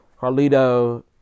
Carlito